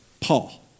Paul